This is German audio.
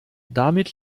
damit